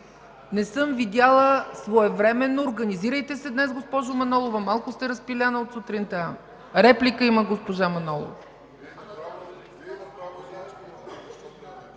от БСП ЛБ.) Своевременно, организирайте се днес, госпожо Манолова. Малко сте разпиляна от сутринта. Реплика има госпожа Манолова.